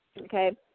okay